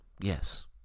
Yes